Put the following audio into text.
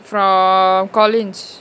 from collins